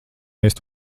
ēst